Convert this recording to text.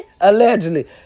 Allegedly